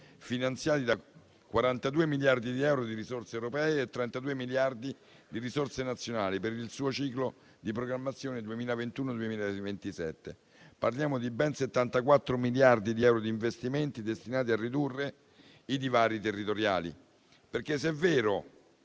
finanziati da 42 miliardi di euro di risorse europee e 32 miliardi di risorse nazionali per il suo ciclo di programmazione 2021-2027. Parliamo di ben 74 miliardi di euro di investimenti destinati a ridurre i divari territoriali. Se è vero